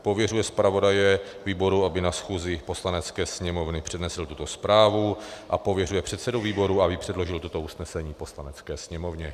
Pověřuje zpravodaje výboru, aby na schůzi Poslanecké sněmovny přednesl tuto zprávu, a pověřuje předsedu výboru, aby předložil toto usnesení Poslanecké sněmovně.